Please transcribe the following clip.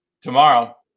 Tomorrow